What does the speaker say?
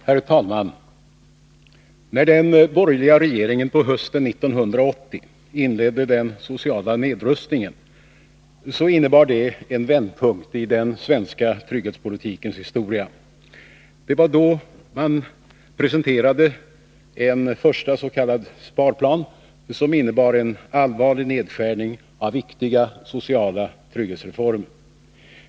Herr talman! När den borgerliga regeringen på hösten 1980 inledde den sociala nedrustningen, så innebar det en vändpunkt i den svenska trygghetspolitikens historia. Det var då man presenterade en förstas.k. sparplan, som innebar en allvarlig nedskärning av viktiga sociala trygghetsreformer.